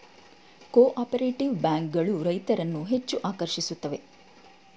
cooperative bank ಗಳು ರೈತರನ್ನು ಹೆಚ್ಚು ಆಕರ್ಷಿಸುತ್ತವೆ